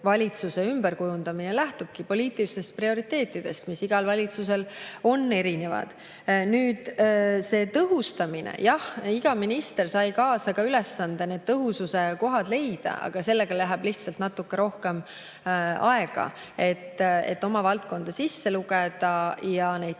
valitsuse ümberkujundamine lähtubki poliitilistest prioriteetidest, mis igal valitsusel on erinevad. Nüüd see tõhustamine. Jah, iga minister sai kaasa ülesande need tõhustamiskohad leida, aga sellega läheb lihtsalt natuke rohkem aega, et oma valdkonda sisse lugeda ja leida